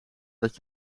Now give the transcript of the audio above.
dat